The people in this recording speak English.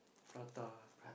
prata